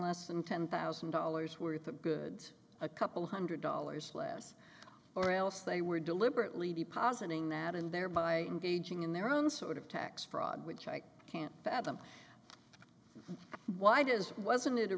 less than ten thousand dollars worth of goods a couple hundred dollars less or else they were deliberately be positing that in their by engaging in their own sort of tax fraud which i can't fathom why does wasn't it a